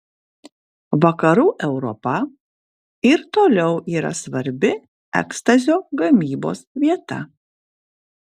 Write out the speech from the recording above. vakarų europa ir toliau yra svarbi ekstazio gamybos vieta